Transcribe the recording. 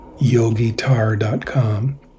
yogitar.com